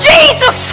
Jesus